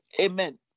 Amen